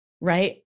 Right